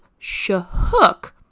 shahook